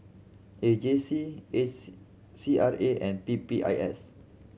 A J C A C C R A and P P I S